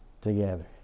together